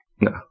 No